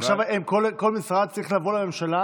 עכשיו כל משרד צריך לבוא לממשלה